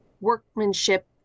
workmanship